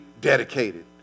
Dedicated